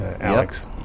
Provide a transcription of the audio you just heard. Alex